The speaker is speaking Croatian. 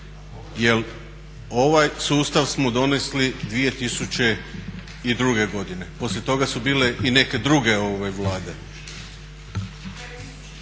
jer ovaj sustav smo donesli 2002. godine, poslije toga su bile i neke druge Vlade.